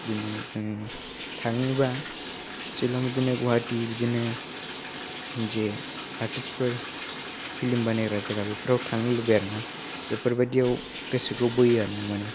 बिदिनो जों थाङोबा शिलं बिदिनो गुवाहाटी बिदिनो जे आर्टिसफोर फिल्म बानायग्रा जायगा बेफोराव थांनो लुबैयो आरो ना बेफोरबायदियाव गोसोखौ बोयो आरो ना माने